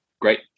Great